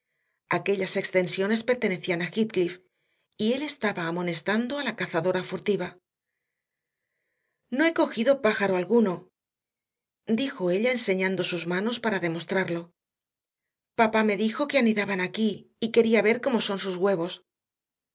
aquellas extensiones pertenecían a heathcliff y él estaba amonestando a la cazadora furtiva no he cogido pájaro alguno dijo ella enseñando sus manos para demostrarlo papá me dijo que anidaban aquí y quería ver cómo son sus huevos